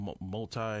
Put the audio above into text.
multi